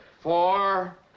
Four